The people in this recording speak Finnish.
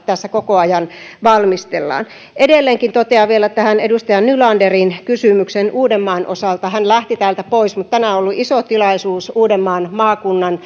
tässä koko ajan valmistellaan edelleenkin totean vielä tähän edustaja nylanderin kysymykseen uudenmaan osalta hän tosin lähti täältä pois että tänään on ollut iso tilaisuus uudenmaan maakunnan